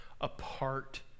apart